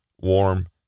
warm